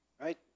right